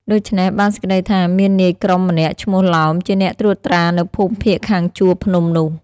ដូច្នេះ បានសេចក្ដីថា មាននាយក្រុមម្នាក់ឈ្មោះឡោម ជាអ្នកត្រួតត្រានៅភូមិភាគខាងជួរភ្នំនោះ។